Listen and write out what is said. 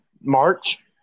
March